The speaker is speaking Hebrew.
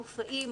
מופעים,